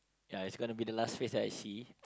ya it's gonna be the last face I see